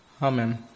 Amen